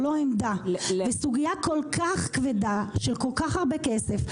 לא עמדה בסוגיה כל כך כבדה של כל כך הרבה כסף.